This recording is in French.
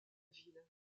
ville